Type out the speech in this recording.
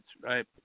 right